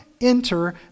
enter